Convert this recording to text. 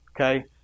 Okay